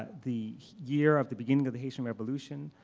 the year of the beginning of the haitian revolution,